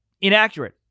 inaccurate